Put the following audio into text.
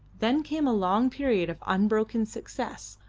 then came a long period of unbroken success,